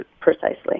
Precisely